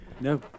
No